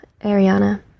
Ariana